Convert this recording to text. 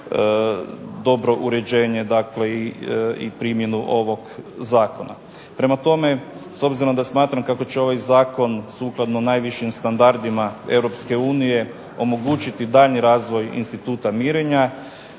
dobro uređenje i primjenu ovog zakona. Prema tome, s obzirom da smatram kako će ovaj zakon sukladno najvišim standardima EU omogućiti daljnji razvoj instituta mirenja,